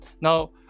now